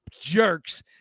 jerks